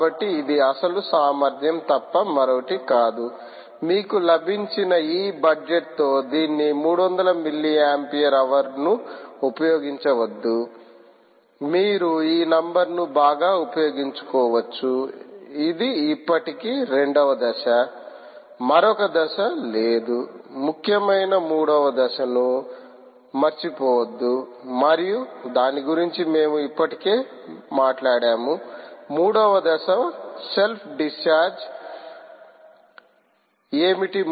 కాబట్టి ఇది అసలు సామర్థ్యం తప్ప మరొకటి కాదు మీకు లభించిన ఈ బడ్జెట్తో దీన్ని 300 మిల్లీ ఆంపియర్ హవర్ ను ఉపయోగించవద్దు మీరు ఈ నంబర్ను బాగా ఉపయోగించుకోవచ్చు ఇది ఇప్పటికీ రెండవ దశ మరొక దశ లేదు ముఖ్యమైన మూడవ దశను మర్చిపోవద్దు మరియు దాని గురించి మేము ఇప్పటికే మాట్లాడాము మూడవ దశ సెల్ఫ్ డిశ్చార్జ్ ఏమిటి